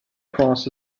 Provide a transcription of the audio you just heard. cross